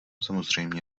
samozřejmě